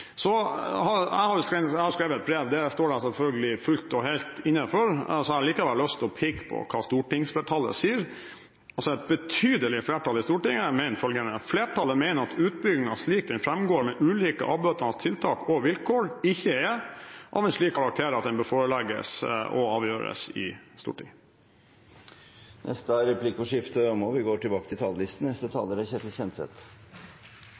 Jeg har skrevet et brev – det står jeg selvfølgelig fullt og helt inne for – men jeg har allikevel lyst til å peke på hva et betydelig flertall i Stortinget sier: «Flertallet mener at utbyggingen, slik det fremgår med ulike avbøtende tiltak og vilkår, ikke er av en slik karakter at den bør forelegges og avgjøres i Stortinget.» Replikkordskiftet er omme.